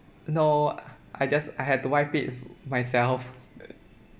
no I just I had to wipe it myself